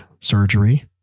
surgery